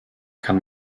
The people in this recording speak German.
kann